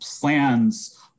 plans